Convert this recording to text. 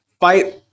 fight